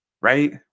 right